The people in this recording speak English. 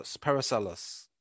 paracelsus